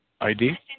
ID